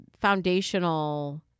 foundational